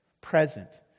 present